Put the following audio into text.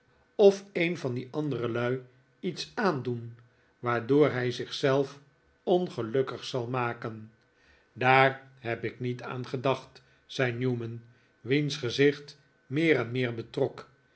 of een van die andere lui iets aandoen waardoor hij zich zelf ongelukkig zal maken daar heb ik niet aan gedacht zei newman wiens gezicht meer en meer betrok